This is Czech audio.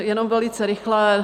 Jenom velice rychle.